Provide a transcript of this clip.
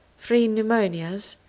three pneumonias,